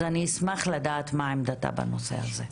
אני אשמח לדעת מה עמדתה בנושא הזה.